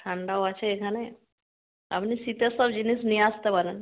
ঠান্ডাও আছে এখানে আপনি শীতের সব জিনিস নিয়ে আসতে পারেন